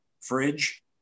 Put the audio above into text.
fridge